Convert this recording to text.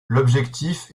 l’objectif